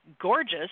gorgeous